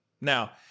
now